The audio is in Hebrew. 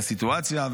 את הסיטואציה,